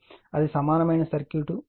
అది సమానమైన సర్క్యూట్